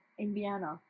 Indiana